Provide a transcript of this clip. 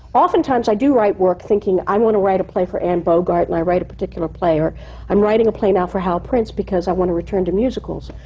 oftentimes i do write work, thinking, i want to write a play for anne bogart, and i write a particular play. or i'm writing a play now for hal prince, because i want to return to musicals.